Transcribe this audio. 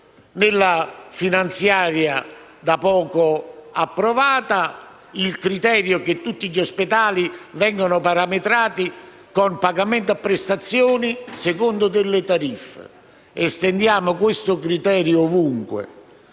legge finanziaria da poco approvata, il criterio per cui tutti gli ospedali vengano parametrati con pagamento a prestazioni secondo delle tariffe. Estendiamo questo criterio ovunque,